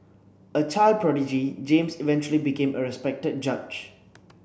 a child prodigy James eventually became a respected judge